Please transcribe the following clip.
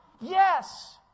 Yes